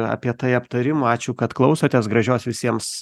apie tai aptarimo ačiū kad klausotės gražios visiems